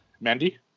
Mandy